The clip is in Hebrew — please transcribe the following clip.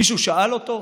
מישהו שאל אותו?